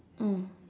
mm